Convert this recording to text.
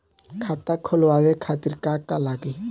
खाता खोलवाए खातिर का का लागी?